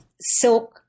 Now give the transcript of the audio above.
silk